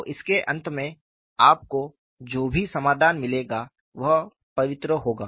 तो इसके अंत में आपको जो भी समाधान मिलेगा वह पवित्र होगा